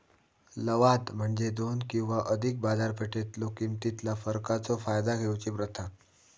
लवाद म्हणजे दोन किंवा अधिक बाजारपेठेतलो किमतीतला फरकाचो फायदा घेऊची प्रथा